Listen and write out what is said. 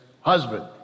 husband